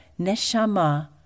neshama